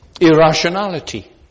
irrationality